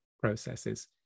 processes